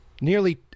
nearly